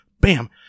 bam